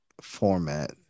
format